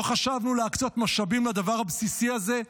לא חשבנו להקצות משאבים לדבר הבסיסי הזה?